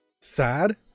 sad